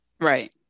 Right